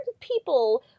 people